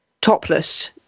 topless